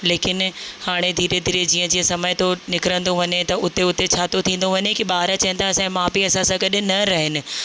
लेकिनि हाणे धीरे धीरे जीअं जीअं समय थो निकिरंदो वञे त उते उते छा थो थींदो वञे की ॿार चइनि था असांजा माउ पीअ असां सां गॾु न रहनि